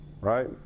right